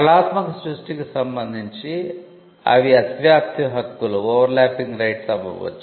కళాత్మక సృష్టికి సంబంధించి అవి అతివ్యాప్తి హక్కులు అవ్వ వచ్చు